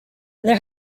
there